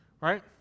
right